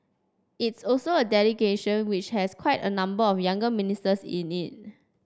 it's also a delegation which has quite a number of younger ministers in it